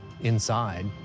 inside